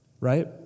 Right